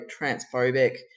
transphobic